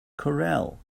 corral